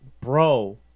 bro